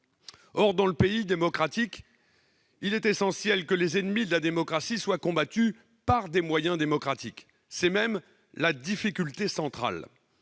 Or, dans les pays démocratiques, il est essentiel que les ennemis de la démocratie soient combattus par des moyens démocratiques. C'est même la difficulté centrale